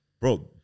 Bro